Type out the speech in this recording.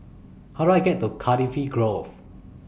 How Do I get to Cardifi Grove